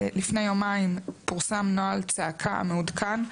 לפני יומיים פורסם נוהל צעקה מעודכן,